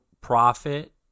profit